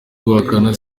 guhakana